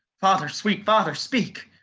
father, sweet father, speak!